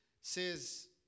says